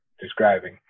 describing